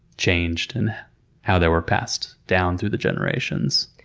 changed and how they were passed down through the generations.